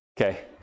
Okay